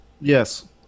Yes